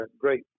great